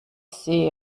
sehe